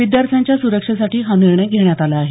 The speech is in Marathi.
विद्यार्थ्यांच्या सुरक्षेसाठी हा निर्णय घेण्यात आला आहे